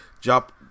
jump